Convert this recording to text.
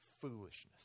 foolishness